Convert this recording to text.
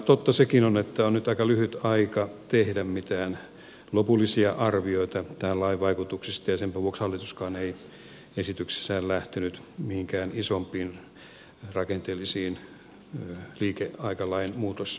totta sekin on että nyt on aika lyhyt aika tehdä mitään lopullisia arvioita tämän lain vaikutuksista ja senpä vuoksi hallituskaan ei esityksissään lähtenyt mihinkään isompiin rakenteellisiin liikeaikalain muutosehdotuksiin